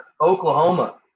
oklahoma